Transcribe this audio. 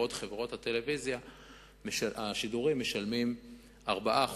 בעוד שחברות השידור משלמות 4%,